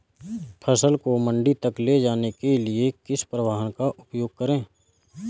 फसल को मंडी तक ले जाने के लिए किस परिवहन का उपयोग करें?